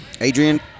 Adrian